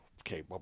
Okay